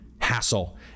hassle